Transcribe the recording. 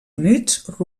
units